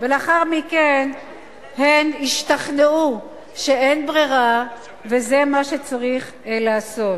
ולאחר מכן הם השתכנעו שאין ברירה וזה מה שצריך לעשות.